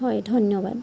হয় ধন্যবাদ